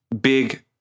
big